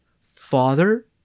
Father